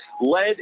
led